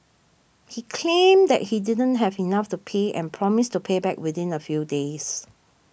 he claimed that he didn't have enough to pay and promised to pay back within a few days